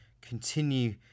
continue